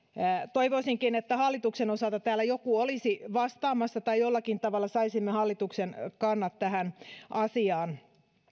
toivoisinkin että hallituksen osalta täällä joku olisi vastaamassa tai jollakin tavalla saisimme hallituksen kannat tähän asiaan